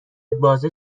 بازه